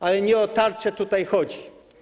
Ale nie o tarczę tutaj chodzi.